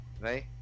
right